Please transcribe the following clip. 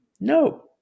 No